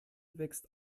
wächst